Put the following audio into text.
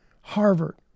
Harvard